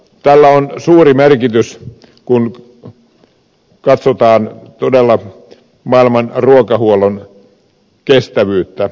tällä on suuri merkitys kun katsotaan todella maailman ruokahuollon kestävyyttä